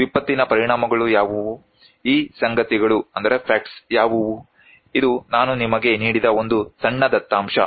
ವಿಪತ್ತಿನ ಪರಿಣಾಮಗಳು ಯಾವುವು ಈ ಸಂಗತಿಗಳು ಯಾವುವು ಇದು ನಾನು ನಿಮಗೆ ನೀಡಿದ ಒಂದು ಸಣ್ಣ ದತ್ತಾಂಶ